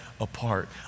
apart